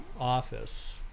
office